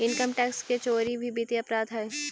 income tax के चोरी भी वित्तीय अपराध हइ